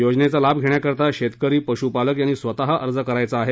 योजनेचा लाभ घेण्याकरीता शेतकरी पशुपालक यांनी स्वतः अर्ज करावयाचा आहे